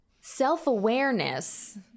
self-awareness